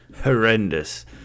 horrendous